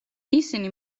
ისინი